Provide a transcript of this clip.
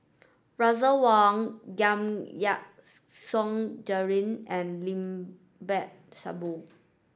Russel Wong Giam Yean Song Gerald and Limat Sabtu